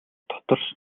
дотор